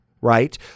right